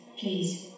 please